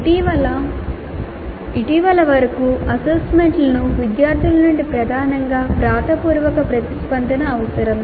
ఇటీవల వరకు అసెస్మెంట్కు విద్యార్థుల నుండి ప్రధానంగా వ్రాతపూర్వక ప్రతిస్పందన అవసరం